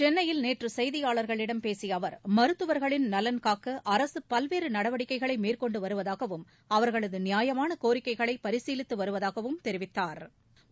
சென்னையில் நேற்று செய்தியாளர்களிடம் பேசிய அவர் மருத்துவர்களின் நலன் காக்க அரசு பல்வேறு நடவடிக்கைகளை மேற்கொண்டு வருவதாகவும் அவர்களது நியாயமான கோரிக்கைகளை பரிசீலித்து வருவதாகவும் தெரிவித்தாா்